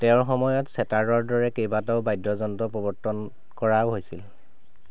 তেওঁৰ সময়ত চেতাৰৰ দৰে কেইবাটাও বাদ্যযন্ত্ৰও প্ৰৱৰ্তন কৰা হৈছিল